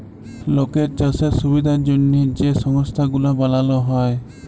লকের চাষের সুবিধার জ্যনহে যে সংস্থা গুলা বালাল হ্যয়